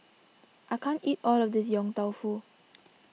I can't eat all of this Yong Tau Foo